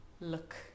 look